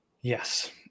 Yes